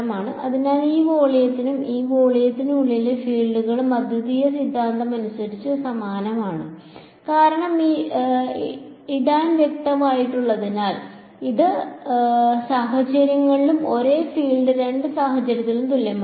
അതിനാൽ ഈ വോള്യത്തിനും ഈ വോള്യത്തിനും ഉള്ളിലെ ഫീൽഡുകൾ അദ്വിതീയ സിദ്ധാന്തമനുസരിച്ച് സമാനമാണ് കാരണം ഇ ടാൻ വ്യക്തമാക്കിയിട്ടുള്ളതിനാൽ രണ്ട് സാഹചര്യങ്ങളിലും ഒരേ ഫീൽഡ് രണ്ട് സാഹചര്യങ്ങളിലും തുല്യമായിരിക്കും